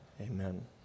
amen